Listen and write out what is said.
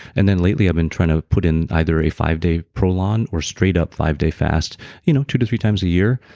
and then lately i've been trying to put in either a five day prolong or straight up five day fast you know two to three times a year.